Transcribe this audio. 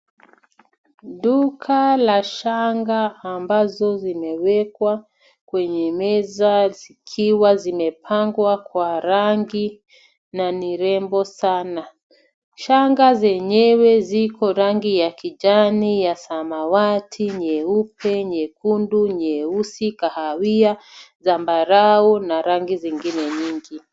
Duka la shanga ambazo zimewekwa kwenye meza zikiwa zimepangwa kwa rangi na ni rembo sana. Shanga zenyewe ziko rangi ya kijani, ya samawati, nyeupe, nyekundu, nyeusi, kahawia, zambarau na rangi zingine nyingi.